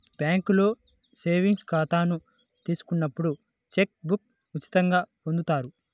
బ్యేంకులో సేవింగ్స్ ఖాతాను తీసుకున్నప్పుడు చెక్ బుక్ను ఉచితంగా పొందుతారు